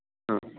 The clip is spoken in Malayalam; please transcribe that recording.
ആ